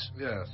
Yes